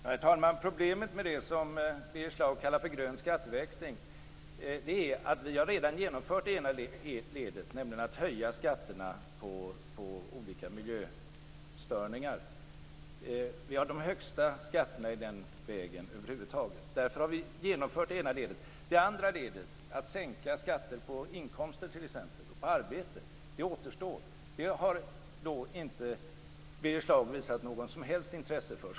Herr talman! Problemet med det som Birger Schlaug kallar för grön skatteväxling är att vi redan har genomfört det ena ledet, nämligen att höja skatterna på olika miljöstörningar. Vi har de högsta skatterna i den vägen över huvud taget. Därför har vi genomfört det ena ledet. Det andra ledet, att sänka skatter på inkomster och på arbete, återstår. Det har inte Birger Schlaug visat något som helst intresse för.